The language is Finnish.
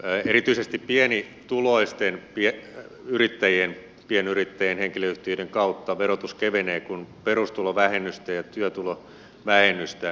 erityisesti pienituloisten yrittäjien pienyrittäjien henkilöyhtiöiden kautta verotus kevenee kun perustulovähennystä ja työtulovähennystä kevennetään